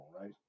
right